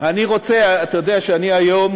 אני רוצה, אתה יודע שאני היום